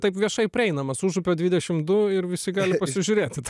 taip viešai prieinamas užupio dvidešim du ir visi gali pasižiūrėti